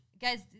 guys